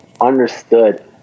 understood